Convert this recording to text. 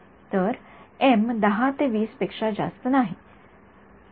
तर एम १0 ते २0 पेक्षा जास्त नाही